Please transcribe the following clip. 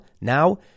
Now